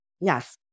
Yes